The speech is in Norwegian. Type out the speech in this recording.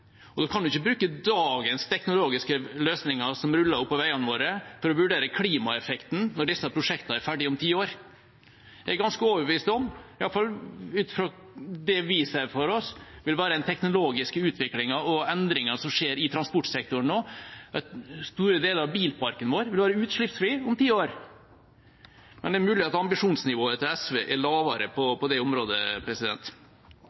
kan en ikke bruke dagens teknologiske løsninger som ruller på veiene våre, for å vurdere klimaeffekten – når disse prosjektene er ferdig om ti år. Jeg er ganske overbevist om – iallfall ut fra det vi ser for oss vil være den teknologiske utviklingen og ut fra de endringene som skjer i transportsektoren nå, at store deler av bilparken vår vil være utslippsfri om ti år. Men det er mulig at ambisjonsnivået til SV er lavere på